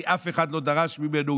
כי אף אחד לא דרש ממנו,